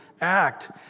act